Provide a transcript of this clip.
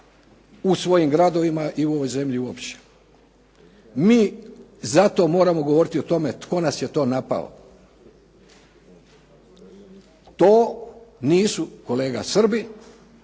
u svojim gradovima i u ovoj zemlji uopće. Mi zato moramo govoriti o tome tko nas je to napao. To nisu kolega Srbi,